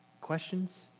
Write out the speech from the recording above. Questions